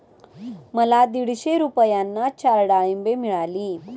मला दीडशे रुपयांना चार डाळींबे मिळाली